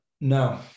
no